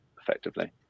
effectively